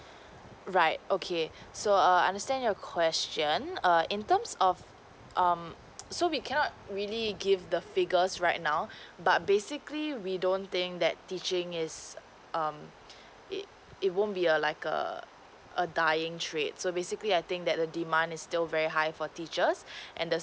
right okay so err I understand your question err in terms of um so we cannot really give the figures right now but basically we don't think that teaching is um it it won't be a like a a dying trip so basically I think that the demand is still very high for teachers and the